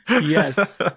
yes